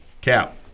Cap